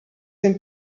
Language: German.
den